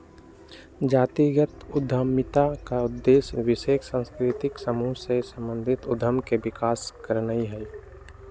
जातिगत उद्यमिता का उद्देश्य विशेष सांस्कृतिक समूह से संबंधित उद्यम के विकास करनाई हई